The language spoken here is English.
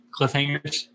cliffhangers